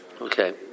Okay